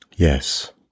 Yes